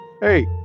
Hey